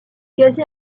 quasi